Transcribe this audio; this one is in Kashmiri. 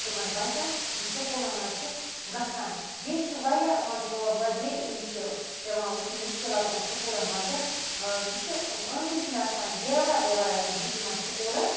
تِمَن بَچَن یِم سکولَن مَنٛز چھِ گَژھان بیٚیہِ چھِ واریاہ یِمَن بیٚیہِ یِم چھِ پیٚوان وٕچھنہِ مُشکِلات یِمَن سکولَن مَنٛز یہِ چھُ أندۍ أندۍ چھُنہٕ آسان دیوار ویوارا تہِ دِتھ یِمَن سَکولَن